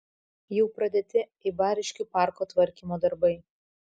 jau pradėti eibariškių parko tvarkymo darbai